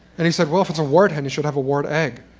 and he said, well, if it's a wart-hen, you should have a wart-egg.